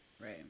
right